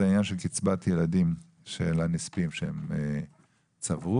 העניין של קצבת ילדים של הנספים שהם צברו.